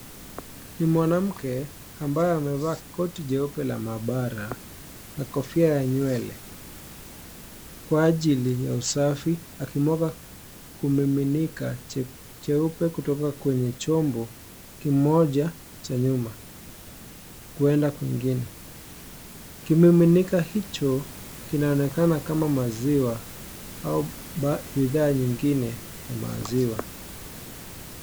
Ni mwanamke ambaye amevaa koti jeupe la maabara na kofia ya nywele kwa ajili ya usafi akimwaga kumiminika jeupe kutoka kwenye chombo kimoja cha nyuma kwenda kwingine. Kimiminika hicho kinaonekana kama maziwa au bidhaa nyingine ya maziwa.